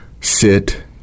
sit